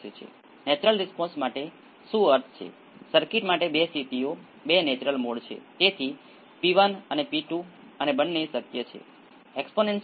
તેથી 1 ઓવર વર્ગમૂળમાં L C નું મૂલ્ય 1 કલાક જે વર્ગમૂળમાં L બાય C છે જે Q 1 ઓવર 2 ζ છે